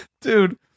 dude